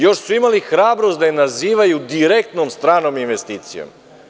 Još su imali hrabrost da je nazivaju direktnom stranom investicijom.